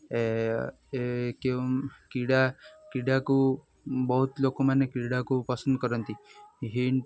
କେଉଁ କ୍ରୀଡ଼ା କ୍ରୀଡ଼ାକୁ ବହୁତ ଲୋକମାନେ କ୍ରୀଡ଼ାକୁ ପସନ୍ଦ କରନ୍ତି ହିଣ୍ଟ୍